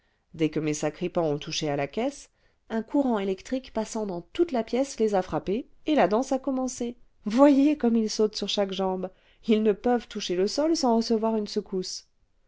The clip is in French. dès que mes sacripants ont touché à la caisse un courant électrique passant dans toute la pièce les a frappés et la danse a commencé voyez comme ils sautent sûr chaque jambe ils ne peuvent toucher le sol saus recevoir une secousse